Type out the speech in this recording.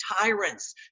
tyrants